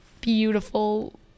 beautiful